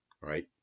right